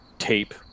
tape